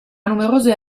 numerose